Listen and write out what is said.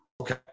Okay